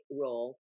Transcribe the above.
role